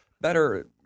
better